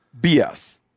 BS